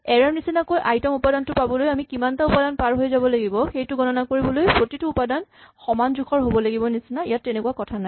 এৰে ৰ নিচিনাকৈ আই তম উপাদানটো পাবলৈ আমি কিমানটা উপাদান পাৰ হৈ যাব লাগিব সেইটো গণনা কৰিবলৈ প্ৰতিটো উপাদান সমান জোখৰ হ'ব লাগিব নিচিনা ইয়াত তেনেকুৱা কথা নাই